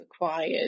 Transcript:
required